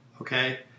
okay